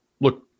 Look